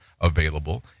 available